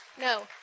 No